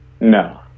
No